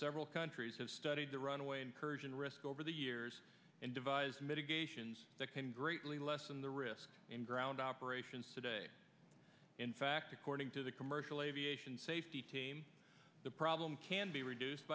several countries have studied the runway incursion risk over the years and devise mitigations that can greatly lessen the risk in ground operations today in fact according to the commercial aviation safety team the problem can be reduced